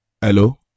Hello